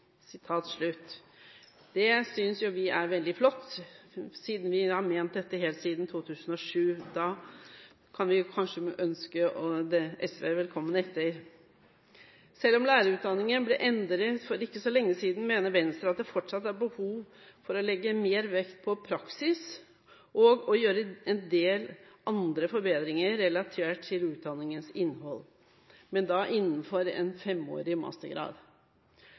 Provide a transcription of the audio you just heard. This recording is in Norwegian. Det synes vi er veldig flott, siden vi har ment dette helt siden 2007. Så da kan vi kanskje ønske SV velkommen etter. Selv om lærerutdanningen ble endret for ikke så lenge siden, mener Venstre at det fortsatt er behov for å legge mer vekt på praksis og gjøre en del andre forbedringer relatert til utdanningens innhold – men da innenfor en femårig mastergrad.